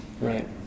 right